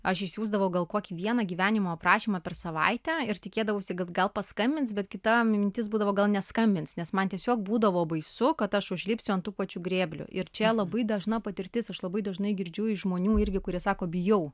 aš išsiųsdavau gal kokį vieną gyvenimo aprašymą per savaitę ir tikėdavausi kad gal paskambins bet kita mintis būdavo gal neskambins nes man tiesiog būdavo baisu kad aš užlipsiu ant tų pačių grėblių ir čia labai dažna patirtis aš labai dažnai girdžiu iš žmonių irgi kurie sako bijau